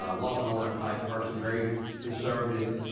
ah law and order type person, very conservative.